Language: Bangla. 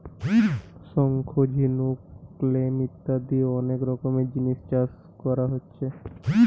শঙ্খ, ঝিনুক, ক্ল্যাম ইত্যাদি অনেক রকমের জিনিস চাষ কোরা হচ্ছে